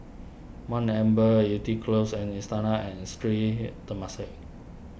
one Amber Yew Tee Close and Istana and Sri Temasek